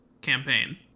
campaign